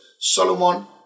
Solomon